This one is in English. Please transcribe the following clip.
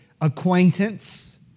acquaintance